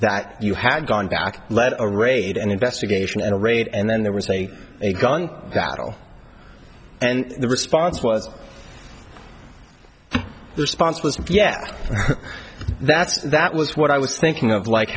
that you had gone back led a raid an investigation and a raid and then there was a a gun battle and the response was the response was yes that's that was what i was thinking of like